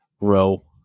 row